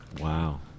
Wow